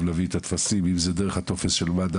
להביא את הטפסים אם זה דרך הטופס של מד"א,